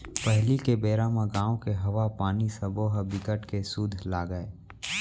पहिली के बेरा म गाँव के हवा, पानी सबो ह बिकट के सुद्ध लागय